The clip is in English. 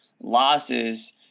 losses